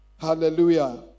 Hallelujah